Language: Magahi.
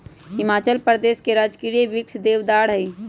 हिमाचल प्रदेश के राजकीय वृक्ष देवदार हई